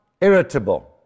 irritable